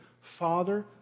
Father